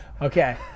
Okay